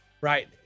Right